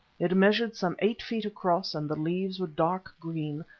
it measured some eight feet across, and the leaves were dark green,